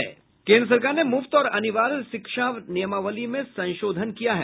केन्द्र सरकार ने मुफ्त और अनिवार्य शिक्षा नियमावली में संशोधन किया है